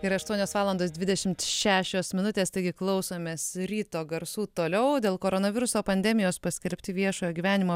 yra aštuonios valandos dvidešimt šešios minutės taigi klausomės ryto garsų toliau dėl koronaviruso pandemijos paskerbti viešojo gyvenimo